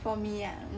for me ah